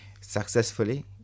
successfully